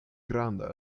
granda